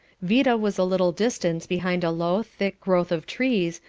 vida was a little distance behind a low, thick growth of trees,